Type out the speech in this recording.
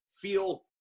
feel